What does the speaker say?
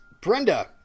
Brenda